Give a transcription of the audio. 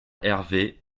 hervé